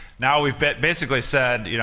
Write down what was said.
now we've basically said, you know